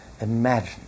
imagine